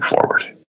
forward